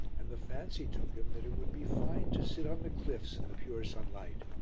and the fancy took him that it would be fine to sit on the cliffs in the pure sunlight.